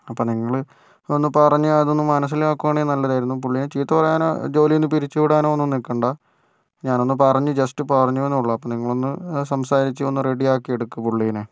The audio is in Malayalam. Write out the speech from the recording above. അപ്പം നിങ്ങൾ ഒന്ന് പറഞ്ഞ് അതൊന്ന് മനസ്സിലാക്കുകയാണെ നല്ലതായിരുന്നു പുള്ളീനെ ചീത്ത പറയാനോ ജോലിയിൽ നിന്ന് പിരിച്ചു വിടാനോ ഒന്നും നിൽക്കണ്ട ഞാനൊന്നു പറഞ്ഞു ജസ്റ്റ് പറഞ്ഞുവെന്നേ ഉള്ളൂ അപ്പോൾ നിങ്ങളൊന്ന് സംസാരിച്ച് ഒന്ന് റെഡിയാക്കി എടുക്ക് പുള്ളിയെ